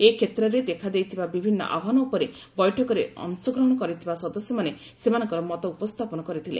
ଏ କ୍ଷେତ୍ରରେ ଦେଖାଦେଇଥିବା ବିଭିନ୍ନ ଆହ୍ଚାନ ଉପରେ ବୈଠକରେ ଅଂଶଗ୍ରହଣ କରିଥିବା ସଦସ୍ୟମାନେ ସେମାନଙ୍କର ମତ ଉପସ୍ଥାପନ କରିଥିଲେ